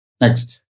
Next